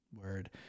word